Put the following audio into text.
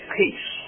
peace